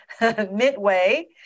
midway